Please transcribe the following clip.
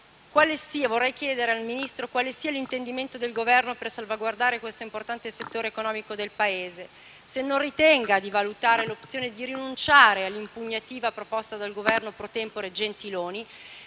tutto ciò, vorrei chiedere al Ministro qual è l'intendimento del Governo per salvaguardare questo importante settore economico del Paese; se non ritenga di valutare l'opzione di rinunciare all'impugnativa proposta dal Governo *pro tempore* Gentiloni